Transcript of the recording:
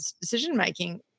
decision-making